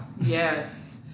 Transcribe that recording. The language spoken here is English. Yes